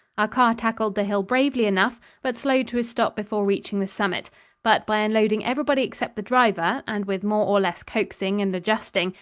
our car tackled the hill bravely enough, but slowed to a stop before reaching the summit but by unloading everybody except the driver, and with more or less coaxing and adjusting,